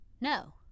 no